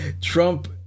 trump